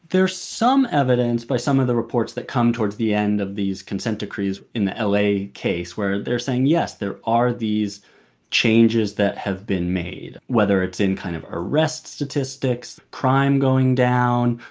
there's some evidence by some of the reports that come towards the end of these consent decrees in the la case, where they're saying, yes, there are these changes that have been made, whether it's in kind of arrest statistics, crime going down,